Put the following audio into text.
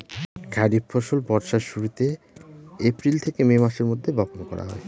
খরিফ ফসল বর্ষার শুরুতে, এপ্রিল থেকে মে মাসের মধ্যে, বপন করা হয়